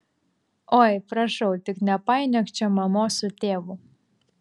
oi prašau tik nepainiok čia mamos su tėvu